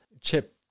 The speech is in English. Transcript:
chip